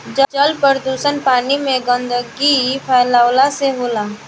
जल प्रदुषण पानी में गन्दगी फैलावला से होला